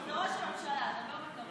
זה ראש הממשלה, דברו בכבוד.